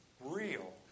real